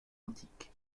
antique